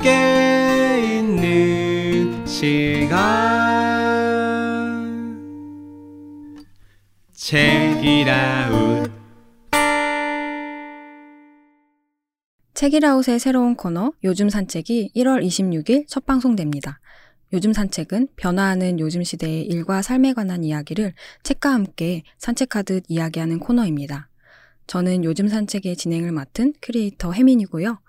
함께 있는 시간. 책이라웃. 책이라웃의 새로운 코너, 요즘 산책이 1월 26일 첫 방송됩니다. 요즘 산책은 변화하는 요즘 시대의 일과 삶에 관한 이야기를 책과 함께 산책하듯 이야기하는 코너입니다. 저는 요즘 산책의 진행을 맡은 크리에이터 혜민이고요.